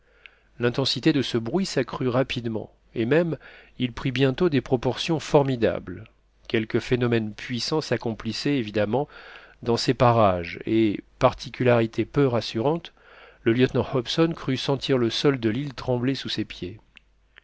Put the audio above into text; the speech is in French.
l'intensité de ce bruit s'accrut rapidement et même il prit bientôt des proportions formidables quelque phénomène puissant s'accomplissait évidemment dans ces parages et particularité peu rassurante le lieutenant hobson crut sentir le sol de l'île trembler sous ses pieds